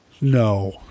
no